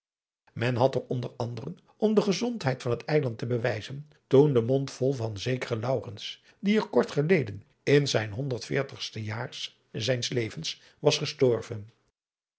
men had er onder anderen om de gezondheid van het eiland te bewijzen toen den mond vol van zekeren laurens die er kort geleden in zijn honderd veertigste jaar zijns levens was gestorven